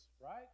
right